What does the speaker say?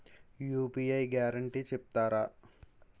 UPI guarantee చెప్తారా?